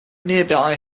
nearby